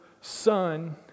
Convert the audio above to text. son